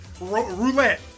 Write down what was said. roulette